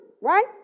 right